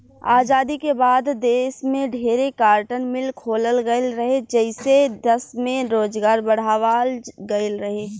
आजादी के बाद देश में ढेरे कार्टन मिल खोलल गईल रहे, जेइसे दश में रोजगार बढ़ावाल गईल रहे